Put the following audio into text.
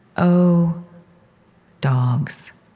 o dogs